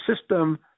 system